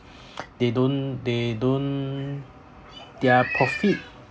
they don't they don't their profit